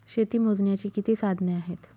शेती मोजण्याची किती साधने आहेत?